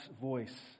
voice